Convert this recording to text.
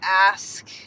ask